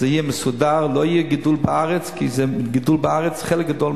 זה יהיה מסודר, לא יהיה גידול בארץ, כי חלק גדול